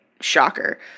Shocker